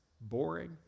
boring